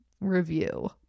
review